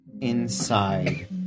inside